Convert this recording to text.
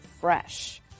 fresh